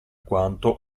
quanto